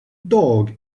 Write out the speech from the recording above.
dog